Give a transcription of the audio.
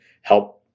help